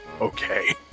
Okay